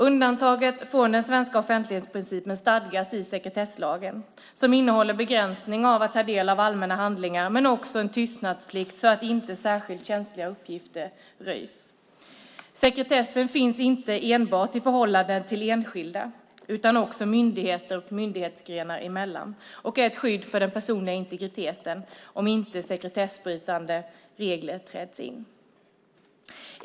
Undantaget från den svenska offentlighetsprincipen stadgas i sekretesslagen som innehåller begränsningar när det gäller att ta del av allmänna handlingar men också en tystnadsplikt så att inte särskilt känsliga uppgifter röjs. Sekretessen finns inte bara i förhållande till enskilda utan också myndigheter och myndighetsgrenar emellan och är ett skydd för den personliga integriteten, om inte sekretessbrytande regler träder in.